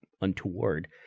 untoward